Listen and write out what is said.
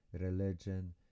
religion